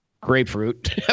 grapefruit